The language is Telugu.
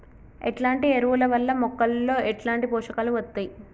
ఎట్లాంటి ఎరువుల వల్ల మొక్కలలో ఎట్లాంటి పోషకాలు వత్తయ్?